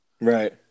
Right